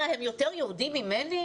מה, הם יותר יהודים ממני?